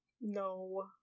No